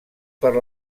per